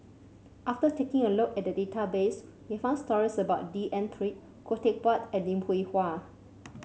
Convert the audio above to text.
after taking a look at the database we found stories about D N Pritt Khoo Teck Puat and Lim Hwee Hua